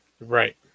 Right